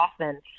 often